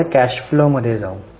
आता cash flow मध्ये जाऊ